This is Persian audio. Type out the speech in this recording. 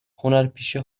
هنرپیشه